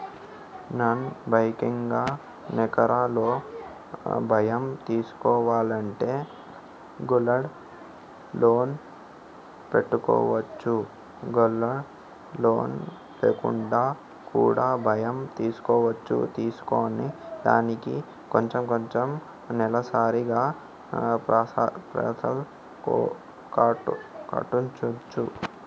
Non banking sector లో ఋణం తీసుకోవాలంటే గోల్డ్ లోన్ పెట్టుకోవచ్చా? గోల్డ్ లోన్ లేకుండా కూడా ఋణం తీసుకోవచ్చా? తీసుకున్న దానికి కొంచెం కొంచెం నెలసరి గా పైసలు కట్టొచ్చా?